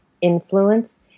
influence